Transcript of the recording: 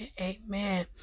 amen